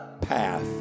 path